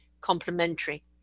complementary